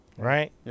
Right